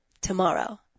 tomorrow